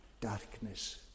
darkness